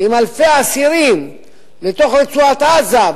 עם אלפי האסירים לתוך רצועת-עזה,